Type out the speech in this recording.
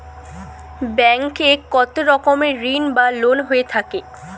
Bank এ কত রকমের ঋণ বা লোন হয়ে থাকে?